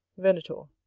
venator.